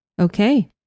Okay